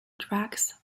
tracks